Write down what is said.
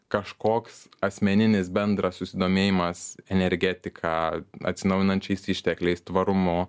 kažkoks asmeninis bendras susidomėjimas energetika atsinaujinančiais ištekliais tvarumu